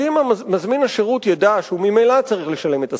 כי אם מזמין השירות ידע שהוא ממילא צריך לשלם את השכר,